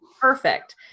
Perfect